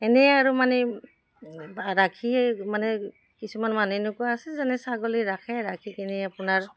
এনেই আৰু মানে ৰাখিয়ে মানে কিছুমান মানুহ এনেকুৱা আছে যোনে ছাগলী ৰাখে ৰাখি কিনি আপোনাৰ